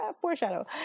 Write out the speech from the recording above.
foreshadow